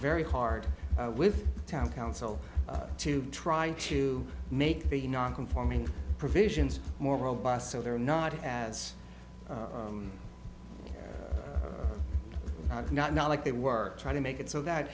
very hard with the town council to try to make the non conforming provisions more robust so they're not as not not like they were trying to make it so that